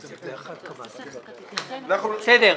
בסדר,